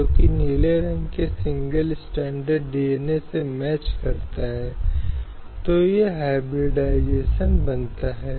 हालांकि मुस्लिम कानून इद्दत की अवधि तक रखरखाव की अनुमति देता है जो मुस्लिम कानून के तहत निर्धारित अवधि है